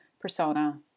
persona